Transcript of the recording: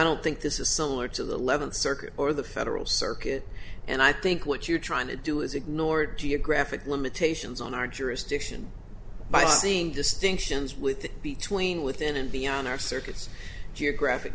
don't think this is somewhere to the eleventh circuit or the federal circuit and i think what you're trying to do is ignore it geographic limitations on our jurisdiction by seeing distinctions with between within and beyond our circuits geographic